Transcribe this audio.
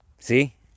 See